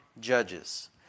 judges